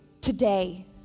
today